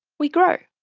we grow.